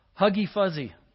huggy-fuzzy